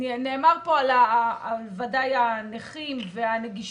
נאמר פה ודאי על הנכים והנגישות,